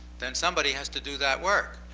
then somebody has to do that work.